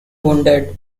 wounded